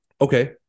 Okay